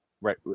Right